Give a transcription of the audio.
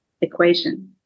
equation